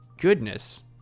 goodness